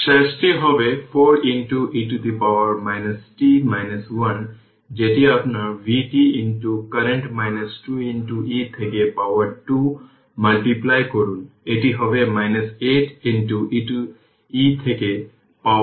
শেষটি হবে 4 e t 1 যেটি আপনার vt current 2 e থেকে পাওয়ার 2 মাল্টিপ্লাই করুন এটি হবে 8 e থেকে পাওয়ার 2 t 1